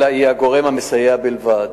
אלא היא הגורם המסייע בלבד.